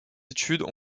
études